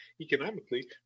Economically